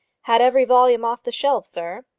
had every volume off the shelves, sir.